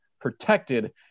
protected